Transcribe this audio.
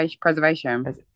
Preservation